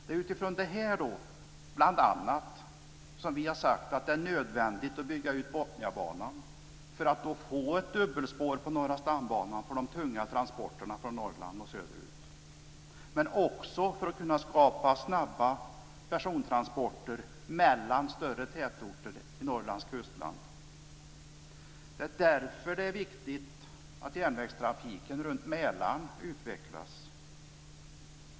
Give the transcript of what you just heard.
Det är utifrån bl.a. det här som vi har sagt att det är nödvändigt att bygga ut Botniabanan för att få ett dubbelspår på norra stambanan för de tunga transporterna från Norrland och söderut men också för att kunna skapa persontransporter mellan större tätorter i Norrlands kustland. Det är därför det är viktigt att järnvägstrafiken runt Mälaren utvecklas.